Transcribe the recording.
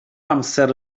amser